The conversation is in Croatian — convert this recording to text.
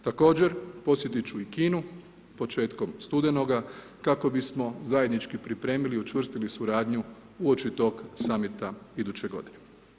Također, posjetit ću i Kinu početkom studenoga kako bismo zajednički pripremili i učvrstili suradnju uoči tog summita iduće godine.